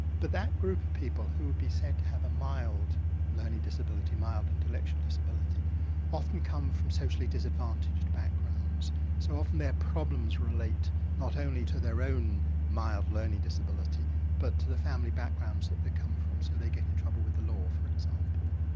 but that group who would be said to have a mild learning disability, a mild intellectual disability often come from socially disadvantaged backgrounds so often their problems relate not only to their own mild learning disability but to the family backgrounds that they come from so they get in trouble with the law for example.